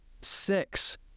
Six